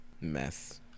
Mess